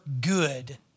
good